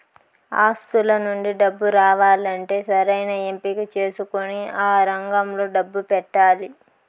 ఆస్తుల నుండి డబ్బు రావాలంటే సరైన ఎంపిక చేసుకొని ఆ రంగంలో డబ్బు పెట్టాలి